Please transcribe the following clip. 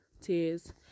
tears